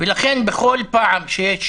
לכן בכל פעם שיש